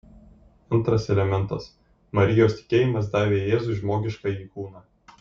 antras elementas marijos tikėjimas davė jėzui žmogiškąjį kūną